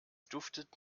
duftet